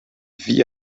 vit